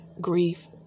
grief